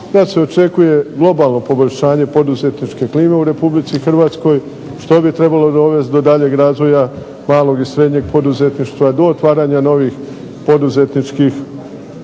Da se očekuje globalno poboljšanje poduzetničke klime u RH što bi trebalo dovesti do daljnjeg razvoja malog i srednjeg poduzetništva, do otvaranja novih poduzetničkih